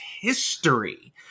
history